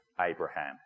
Abraham